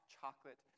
chocolate